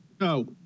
no